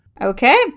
okay